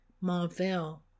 Marvel